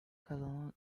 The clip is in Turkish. kazanan